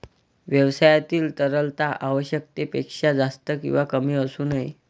व्यवसायातील तरलता आवश्यकतेपेक्षा जास्त किंवा कमी असू नये